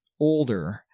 older